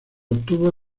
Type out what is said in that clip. obtuvo